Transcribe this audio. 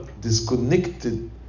disconnected